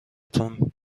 تون